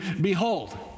behold